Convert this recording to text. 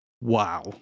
Wow